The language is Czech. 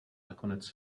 nakonec